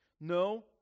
No